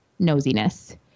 nosiness